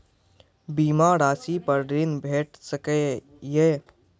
बीमा रासि पर ॠण भेट सकै ये?